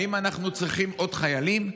האם אנחנו צריכים עוד חיילים?